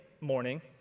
morning